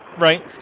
Right